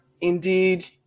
Indeed